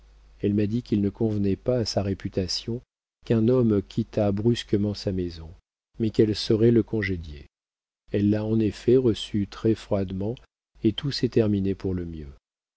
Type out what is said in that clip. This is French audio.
elle m'a dit qu'il ne convenait pas à sa réputation qu'un homme quittât brusquement sa maison mais qu'elle saurait le congédier elle l'a en effet reçu très froidement et tout s'est terminé pour le mieux